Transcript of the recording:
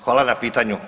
Hvala na pitanju.